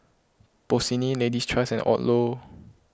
Bossini Lady's Choice and Odlo